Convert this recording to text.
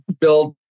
build